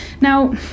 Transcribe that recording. Now